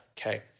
okay